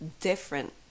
different